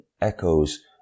echoes